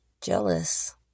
jealous